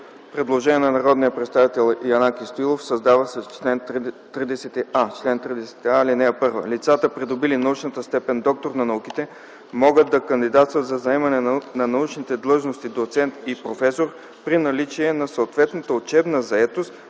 предложение на народния представител Янаки Стоилов – създава се чл. 30а: „Чл. 30а. (1) Лицата, придобили научната степен „доктор на науките”, могат да кандидатстват за заемане на научните длъжности „доцент” и „професор” при наличие на съответната учебна заетост,